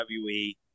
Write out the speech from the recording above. WWE